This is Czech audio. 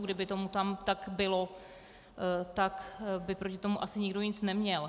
Kdyby tomu tam tak bylo, tak by proti tomu asi nikdo nic neměl.